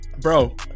bro